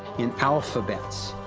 in alphabets,